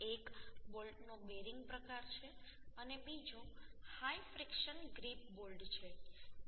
એક બોલ્ટનો બેરિંગ પ્રકાર છે અને બીજો હાઈ ફ્રિકશન ગ્રીપ બોલ્ટ છે